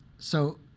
so